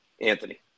Anthony